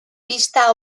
pista